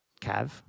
cav